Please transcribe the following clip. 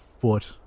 foot